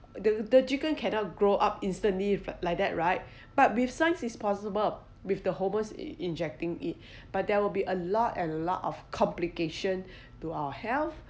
the the chicken cannot grow up instantly like that right but with science is possible with the homos in~ injecting it but there will be a lot and a lot of complication to our health